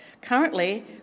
Currently